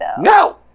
No